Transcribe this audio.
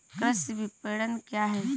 कृषि विपणन क्या है?